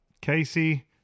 Casey